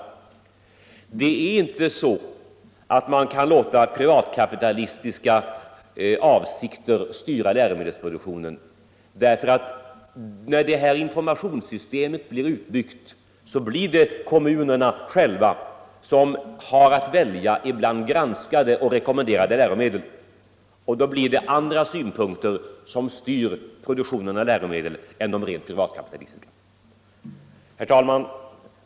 Det är inte så att man kan låta privatkapitalistiska avsikter styra läromedelsproduktionen, därför att när det här informationssystemet blir utbyggt blir det kommunerna själva som har att välja bland granskade och rekommenderade läromedel. Då är det andra synpunkter som styr produktionen av läromedlen än de rent privatkapitalistiska. Herr talman!